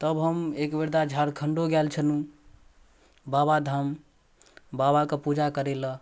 तब हम एक बेरदा झारखण्डो गेल छलहुँ बाबाधाम बाबाके पूजा करैलए